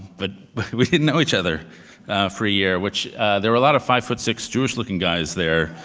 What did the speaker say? but but we didn't know each other for a year, which there were a lot of five-foot-six jewish-looking guys there,